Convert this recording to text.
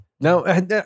Now